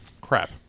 crap